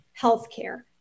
healthcare